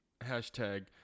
Hashtag